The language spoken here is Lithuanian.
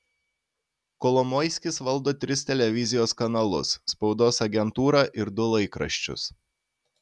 kolomoiskis valdo tris televizijos kanalus spaudos agentūrą ir du laikraščius